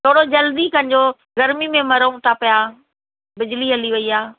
थोरो जल्दी कजो गर्मी में मरूं था पिया बिजली हली वयी आहे